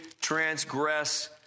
transgress